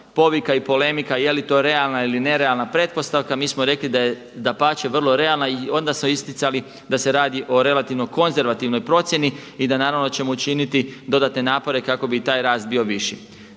povika i polemika je li to realna ili nerealna pretpostavka. Mi smo rekli da je dapače vrlo realna i onda smo isticali da se radi o relativno konzervativnoj procjeni i da naravno da ćemo učiniti dodatne napore kako bi i taj rasta bio viši.